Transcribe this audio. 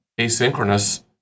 asynchronous